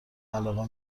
علاقه